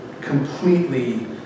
completely